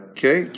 Okay